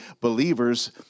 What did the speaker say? believers